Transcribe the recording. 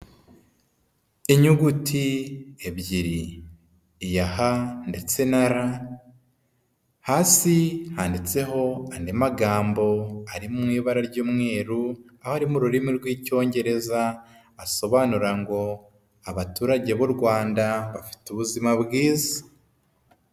Inyuguti ebyiri iya ha ndetse na ra, hasi handitseho andi magambo ari mu ibara ry'umweru aho ari mu rurimi rw'i icyongereza asobanura ngo abaturage b'u Rwanda bafite ubuzima bwiza.